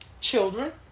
children